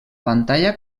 pantalla